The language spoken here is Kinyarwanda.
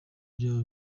vyoba